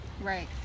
right